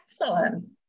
excellent